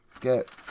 Get